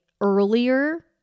earlier